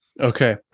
Okay